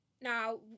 Now